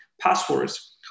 passwords